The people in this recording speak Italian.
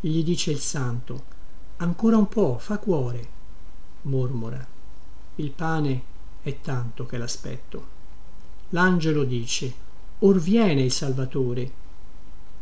gli dice il santoancora un po fa cuore mormorail pane è tanto che laspetto langelo diceor viene il salvatore